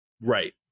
Right